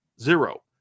zero